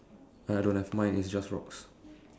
I don't have mine is just rocks